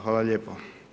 Hvala lijepo.